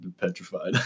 petrified